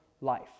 life